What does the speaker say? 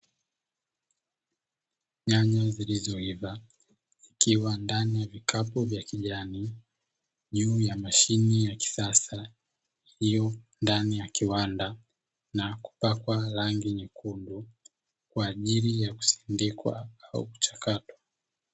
Nyanya zilizoiva, zikiwa ndani ya vikapu vya kijani, juu ya mashine ya kisasa, juu ndani ya kiwanda, na kupakwa rangi nyekundu kwa ajili ya kusindikwa au kuchakatwa.